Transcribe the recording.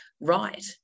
right